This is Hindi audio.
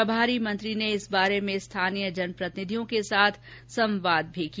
प्रभारी मंत्री ने इस बारे में स्थानीय जनप्रतिनिधियों के साथ संवाद भी किया